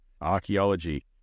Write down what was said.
Archaeology